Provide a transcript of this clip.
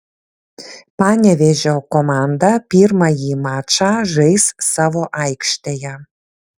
panevėžio komanda pirmąjį mačą žais savo aikštėje